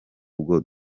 bwo